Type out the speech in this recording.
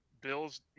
bills